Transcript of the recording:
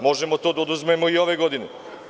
Možemo to da oduzmemo i ove godine.